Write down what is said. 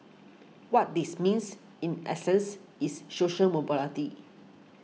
what this means in essence is social mobility